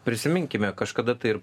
prisiminkime kažkada tai ir